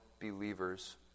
believers